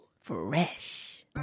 Fresh